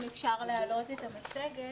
אם אפשר להעלות את המצגת.